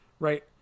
Right